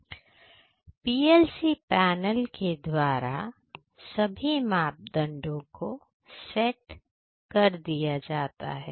PLC panel के द्वारा सभी मापदंडों को सेट कर दिया जाता है